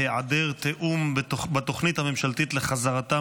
בנושא: היעדר תיאום בתוכנית הממשלתית לחזרתן